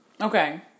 Okay